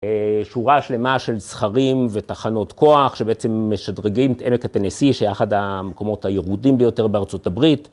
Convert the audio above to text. שורה שלמה של סכרים ותחנות כוח שבעצם משדרגים את עמק התנסי שהיה אחד המקומות היירודים ביותר בארצות הברית.